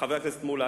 חבר הכנסת מולה,